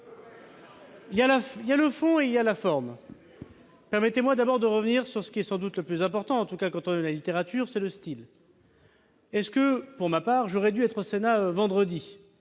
Il y a le fond et il y a la forme. Permettez-moi d'abord de revenir sur ce qui est sans doute le plus important, en tout cas quand on aime la littérature : le style. Est-ce que, pour ma part, j'aurais dû être au Sénat vendredi ?